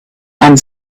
and